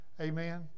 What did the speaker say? Amen